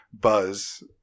buzz